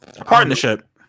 partnership